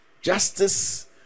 Justice